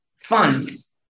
funds